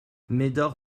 médor